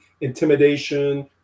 intimidation